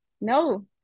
no